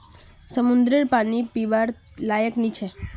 समंद्ररेर पानी पीवार लयाक नी छे